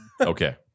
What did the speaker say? Okay